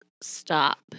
stop